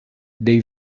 they